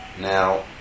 Now